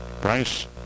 Price